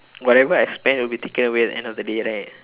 whatever I spend will be taken away at the end of the day right